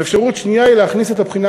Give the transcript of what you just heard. ואפשרות שנייה היא להכניס את הבחינה